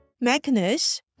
Magnus